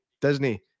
Disney